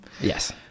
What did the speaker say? Yes